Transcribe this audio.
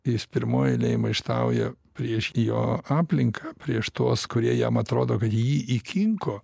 jis pirmoje eilėje maištauja prieš jo aplinką prieš tuos kurie jam atrodo kad jį įkinko